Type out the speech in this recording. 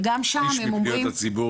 וגם שם הם אומרים --- שליש מפניות הציבור